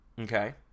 Okay